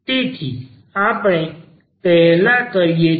તેથી આપણે પહેલા કરીએ છે